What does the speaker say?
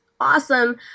awesome